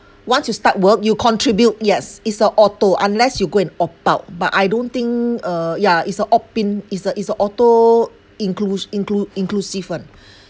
once you start work you contribute yes it's a auto unless you go and opt out but I don't think uh yeah it's a opt in it's a it's a auto inclus~ inclu~ inclusive [one]